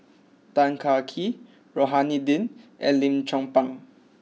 Tan Kah Kee Rohani Din and Lim Chong Pang